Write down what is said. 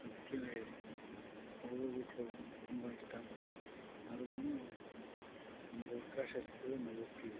ಅದಕ್ಕೇ ಹೋಗೋದಕ್ಕೆ ನನ್ಗೆ ತುಂಬ ಇಷ್ಟ ಆದ್ರೂ ನಮ್ಗೆ ಅವಕಾಶ ಸಿಕ್ಕಿದ್ರೆ ನಾವು ಹೋಗ್ತಿವಿ